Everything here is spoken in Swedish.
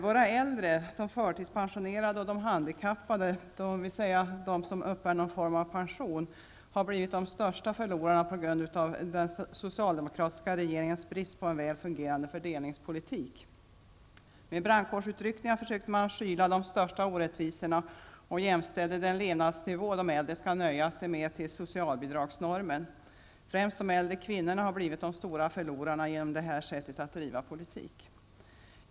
Våra äldre, förtidspensionerade och handikappade, dvs. de som uppbär någon form av pension, har blivit de största förlorarna på grund av den socialdemokratiska regeringens brist på en väl fungerande fördelningspolitik. Med brandkårsutryckningar försökte man skyla de största orättvisorna och jämställde den levnadsnivå de äldre skall nöja sig med socialbidragsnormen. Främst de äldre kvinnorna har blivit de stora förlorarna genom detta sätt att driva politik.